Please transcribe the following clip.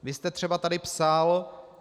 Vy jste třeba tady psal: